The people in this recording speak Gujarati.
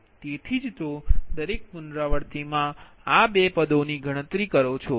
તેથી જ તો દરેક પુનરાવૃત્તિમાં આ 2 પદો ની ગણતરી કરો છો